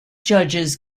judges